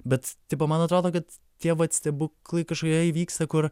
bet tipo man atrodo kad tie vat stebuklai kažkurie įvyksta kur